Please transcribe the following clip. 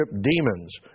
demons